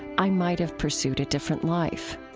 i might've pursued a different life.